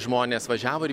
žmonės važiavo ir